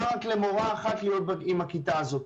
רק למורה אחת להיות עם הכיתה הזאת.